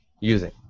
using